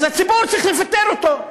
אז הציבור צריך לפטר אותו.